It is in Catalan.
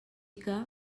que